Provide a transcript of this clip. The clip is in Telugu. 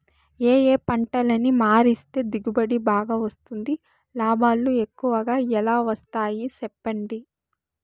ఏ ఏ పంటలని మారిస్తే దిగుబడి బాగా వస్తుంది, లాభాలు ఎక్కువగా ఎలా వస్తాయి సెప్పండి